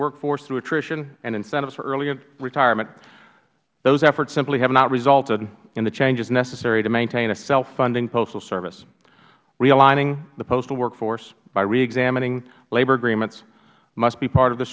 workforce through attrition and incentives for early retirement those efforts simply have not resulted in the changes necessary to maintain a self funding postal service realigning the postal workforce by reexamining labor agreements must be part of the